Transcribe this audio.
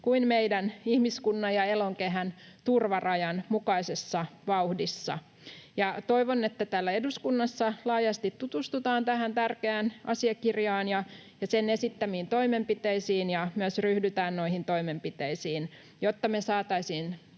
kuin meidän ihmiskunnan ja elonkehän turvarajan mukaisessa vauhdissa. Toivon, että täällä eduskunnassa laajasti tutustutaan tähän tärkeään asiakirjaan ja sen esittämiin toimenpiteisiin ja myös ryhdytään noihin toimenpiteisiin, jotta me saataisiin